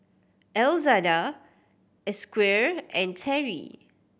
Elzada a Squire and Terri